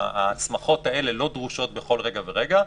ההסמכות האלה לא דרושות בכל רגע ורגע,